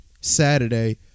Saturday